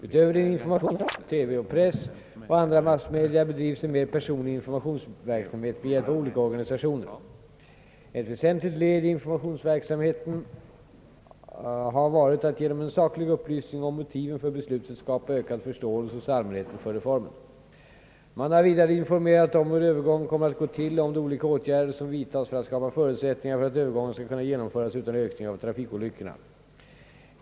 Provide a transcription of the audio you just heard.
Utöver den information som lämnats via TV, radio, press och andra massmedia bedrivs en mer personlig informationsverksamhet med hjälp av olika organisationer. Ett väsentligt led i informationsverksamheten har varit att genom en saklig upplysning om motiven för beslutet skapa ökad förståelse hos allmänheten för reformen. Man har vidare informerat om hur övergången kommer att gå till och om de olika åtgärder som vidtas för att skapa förut sättningar för att övergången skall kunna genomföras utan ökning av trafikolyckorna.